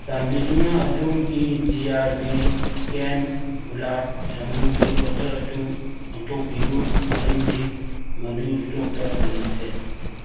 ꯆꯥꯟꯕꯤꯗꯨꯅ ꯑꯗꯣꯝꯒꯤ G R B can ꯒꯨꯂꯥꯕ ꯖꯃꯨꯒꯤ ꯑꯣꯗꯔ ꯑꯗꯨ ꯑꯣꯟꯊꯣꯛꯄꯤꯌꯨ ꯃꯔꯝꯗꯤ ꯃꯗꯨ ꯏꯁꯇꯣꯛꯇ ꯂꯩꯇ꯭ꯔꯦ